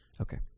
okay